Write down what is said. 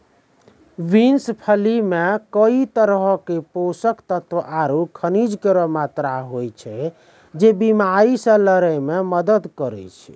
beans फली मे कई तरहो क पोषक तत्व आरु खनिज केरो मात्रा होय छै, जे बीमारी से लड़ै म मदद करै छै